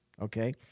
okay